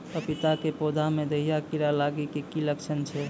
पपीता के पौधा मे दहिया कीड़ा लागे के की लक्छण छै?